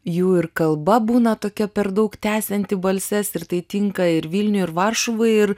jų ir kalba būna tokia per daug tęsianti balses ir tai tinka ir vilniui ir varšuvai ir